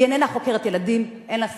היא איננה חוקרת ילדים, אין לה סמכות.